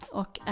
och